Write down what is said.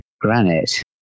granite